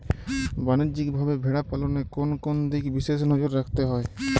বাণিজ্যিকভাবে ভেড়া পালনে কোন কোন দিকে বিশেষ নজর রাখতে হয়?